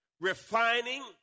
refining